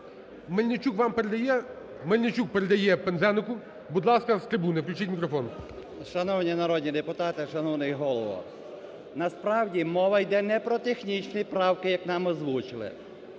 Мельничук передає Пинзенику. Будь ласка, з трибуни, включіть мікрофон. 17:29:33 ПИНЗЕНИК В.М. Шановні народні депутати, шановний Голово! Насправді, мова йде не про технічні правки, як нам озвучили.